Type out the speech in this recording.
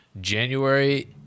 January